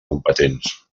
competents